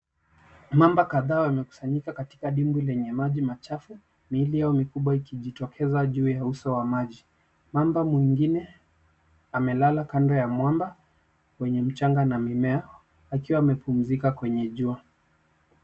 Mamba kadhaa wamekusanyika katika dimbwi lenye maji machafu miili yao mikubwa ikijitokeza juu ya uso wa maji. Mamba mwingine amelala kando ya mwamba wenye michanga na mimea akiwa amepumzika kwenye jua.